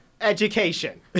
education